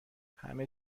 همه